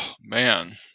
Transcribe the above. Man